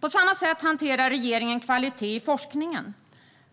På samma sätt hanterar regeringen kvalitet i forskningen.